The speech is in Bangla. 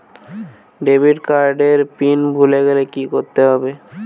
ডেবিট কার্ড এর পিন ভুলে গেলে কি করতে হবে?